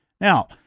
Now